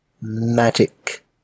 Magic